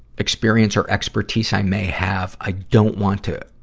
experience, or expertise i may have, i don't want to,